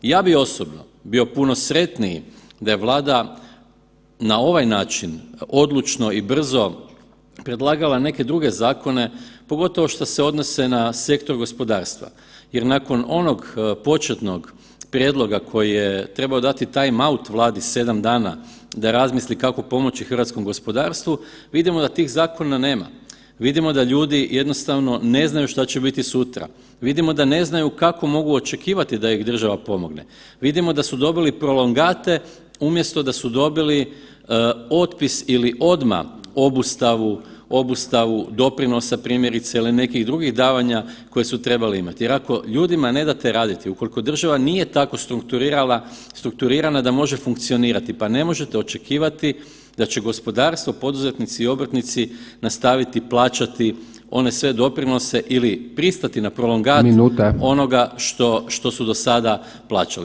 Ja bi osobno bio puno sretniji da je Vlada na ovaj način odlučno i brzo predlagala neke druge zakone pogotovo šta se odnose na sektor gospodarstva jer nakon onog početnog prijedloga koji je trebao dati time out Vladi 7 dana da razmisli kako pomoći hrvatskom gospodarstvu, vidimo da tih zakona nema, vidimo da ljudi jednostavno ne znaju šta će biti sutra, vidimo da ne znaju kako mogu očekivati da ih država pomogne, vidimo da su dobili prolongate umjesto da su dobili otpis ili odma obustavu, obustavu doprinosa primjerice ili nekih drugih davanja koja su trebali imat jer ako ljudima ne date raditi, ukoliko država nije tako strukturirana da može funkcionirati, pa ne možete očekivati da će gospodarstvo poduzetnici i obrtnici nastaviti plaćati one sve doprinose ili pristati na prolongat [[Upadica: Minuta]] onoga što, što su do sada plaćali.